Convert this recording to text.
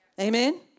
Amen